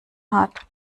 hat